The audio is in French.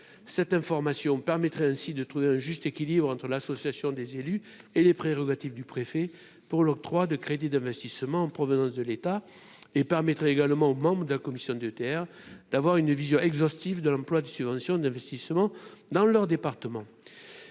cette information permettrait ainsi de trouver un juste équilibre entre l'association des élus et les prérogatives du préfet pour l'octroi de crédits d'investissement en provenance de l'État et permettrait également aux membres de la commission d'avoir une vision exhaustive de l'emploi de subventions d'investissement dans leur département,